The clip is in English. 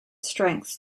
strengths